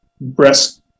breast